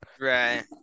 Right